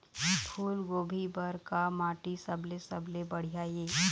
फूलगोभी बर का माटी सबले सबले बढ़िया ये?